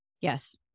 Yes